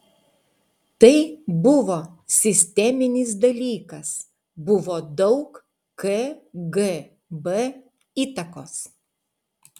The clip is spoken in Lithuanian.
tai buvo sisteminis dalykas buvo daug kgb įtakos